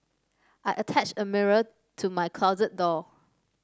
I attached a mirror to my closet door